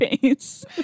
face